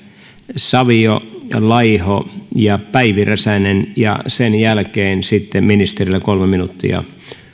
savio laiho ja päivi räsänen ja sen jälkeen sitten ministerille kolme minuuttia